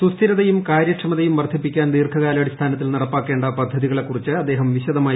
സുസ്ഥിരതയും കാര്യക്ഷമതയും വർധിപ്പിക്കാൻ ദീർഘകാലാടിസ്ഥാനത്തിൽ നടപ്പാക്കേണ്ട പദ്ധതികളെക്കുറിച്ച് അദ്ദേഹം വിശദമായി ചർച്ചചെയ്തു